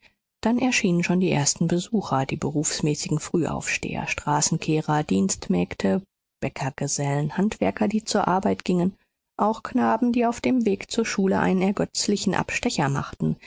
dann erschienen schon die ersten besucher die berufsmäßigen frühaufsteher straßenkehrer dienstmägde bäckergesellen handwerker die zur arbeit gingen auch knaben die auf dem weg zur schule einen ergötzlichen abstecher machten